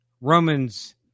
Romans